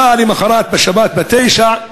הם באו למחרת, שבת, ב-09:00,